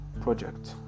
project